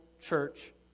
church